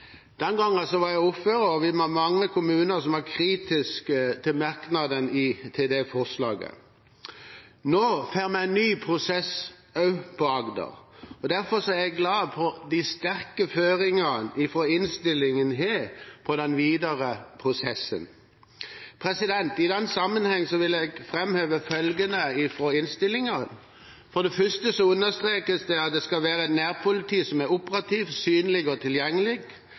Den gangen var jeg ordfører, og det var mange kommuner som var kritiske til merknadene til forslaget. Nå får vi en ny prosess også i Agder, og derfor er jeg glad for de sterke føringene fra innstillingen for den videre prosessen. I den sammenheng vil jeg framheve følgende fra innstillingen: For det første understrekes det at det skal være et nærpoliti som er operativt, synlig og tilgjengelig.